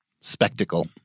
spectacle